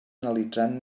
analitzant